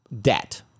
Debt